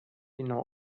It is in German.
genau